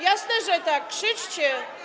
Jasne, że tak, krzyczcie.